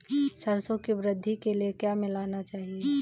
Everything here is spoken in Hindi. सरसों की वृद्धि के लिए क्या मिलाना चाहिए?